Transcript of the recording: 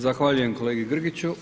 Zahvaljujem kolegi Grgiću.